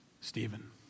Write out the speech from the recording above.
Stephen